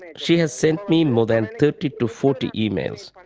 and she has sent me more than thirty to forty emails,